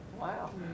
Wow